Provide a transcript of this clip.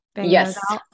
Yes